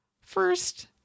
First